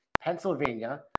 Pennsylvania